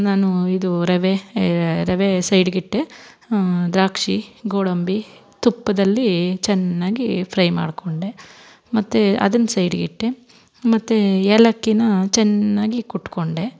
ನಾನು ಇದು ರವೆ ರವೆ ಸೈಡ್ಗಿಟ್ಟೆ ದ್ರಾಕ್ಷಿ ಗೋಡಂಬಿ ತುಪ್ಪದಲ್ಲಿ ಚೆನ್ನಾಗಿ ಫ್ರೈ ಮಾಡಿಕೊಂಡೆ ಮತ್ತು ಅದನ್ನ ಸೈಡ್ಗಿಟ್ಟೆ ಮತ್ತು ಏಲಕ್ಕಿನ ಚೆನ್ನಾಗಿ ಕುಟ್ಕೊಂಡೆ